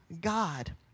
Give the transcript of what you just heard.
God